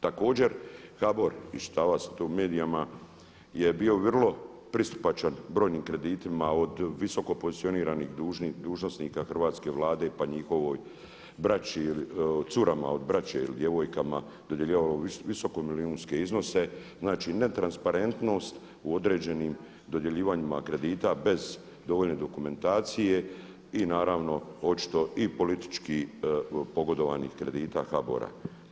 Također HBOR iščitavao sam to u medijima je bio vrlo pristupačan brojnim kreditima od visoko pozicioniranih dužnosnika hrvatske Vlade, pa njihovoj braći, curama od braće ili djevojkama dodjeljivalo visoko milijunske iznose, znači netransparentnost u određenim dodjeljivanjima kredita bez dovoljne dokumentacije i naravno očito i politički pogodovanih kredita HBOR-a.